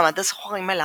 מעמד הסוחרים עלה,